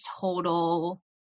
total